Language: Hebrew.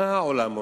מה העולם עושה?